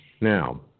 Now